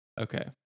Okay